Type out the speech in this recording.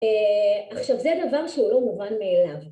עכשיו זה דבר שהוא לא מובן מאליו